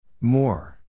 More